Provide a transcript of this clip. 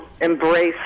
embrace